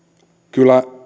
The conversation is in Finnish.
kyllä